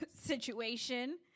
situation